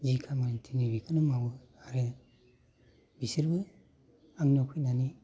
जि खामानि थिनो बेखौनो मावो आरो बिसोरबो आंनाव फैनानै